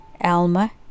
Alma